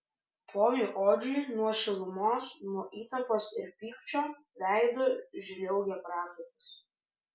ponui odžiui nuo šilumos nuo įtampos ir pykčio veidu žliaugė prakaitas